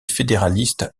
fédéralistes